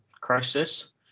crisis